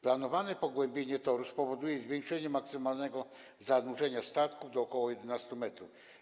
Planowane pogłębienie toru spowoduje zwiększenie maksymalnego zanurzenia statków do ok. 11 m.